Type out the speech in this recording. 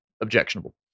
objectionable